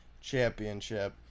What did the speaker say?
championship